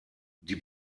die